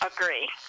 agree